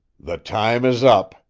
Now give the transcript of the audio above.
the time is up,